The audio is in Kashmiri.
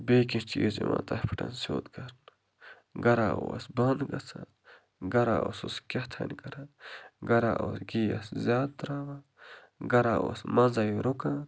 بیٚیہِ کیٚنٛہہ چیٖز یِوان تَتھ پٮ۪ٹھ سیود کَرنہٕ گَرا اوس بنٛد گَژھن گَرا اوسُس کہتانۍ کَران گَرا اوس گیس زیادٕ تراوان گَرا اوس منزٕے رُکان